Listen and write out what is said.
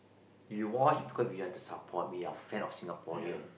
we watch because we want to support we are fan of Singaporean